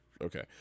Okay